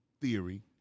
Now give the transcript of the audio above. theory